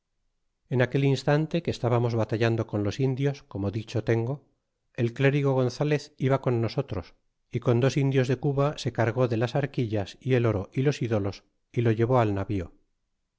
en aquelinstante que estabamos batallando con los indios como dicho tengo el clérigo gonzalez iba con noso tros y con dos indios de cuba se cargó de las arquillas y el oro y los ídolos y lo llevó al navío